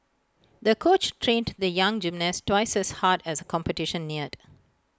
the coach trained the young gymnast twice as hard as the competition neared